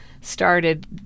started